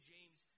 James